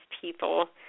people